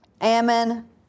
Ammon